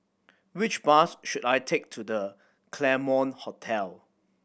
which bus should I take to The Claremont Hotel